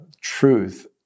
truth